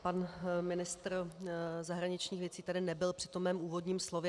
Pan ministr zahraničních věcí tady nebyl přítomen při úvodním slově.